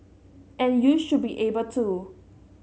and you should be able to